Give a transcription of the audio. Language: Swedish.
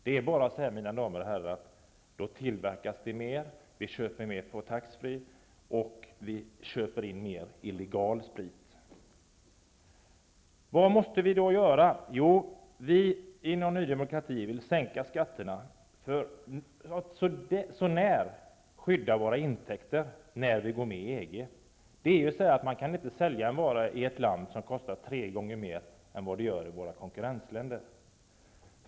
Det är bara så, mina damer och herrar, att det då tillverkas mer, köps mer taxfree och mer illegal sprit. Vad måste vi då göra? Jo, vi inom Ny demokrati vill sänka skatterna för att något så när skydda våra intäkter när vi går med i EG. Vi kan inte sälja en vara som kostar tre gånger mer än den gör i våra konkurrentländer.